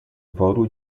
woru